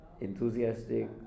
enthusiastic